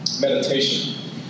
Meditation